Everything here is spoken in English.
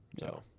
No